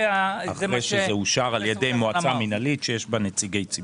אחרי שזה אושר על ידי מועצה מינהלית שיש בה נציגי ציבור.